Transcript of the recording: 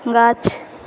गाछ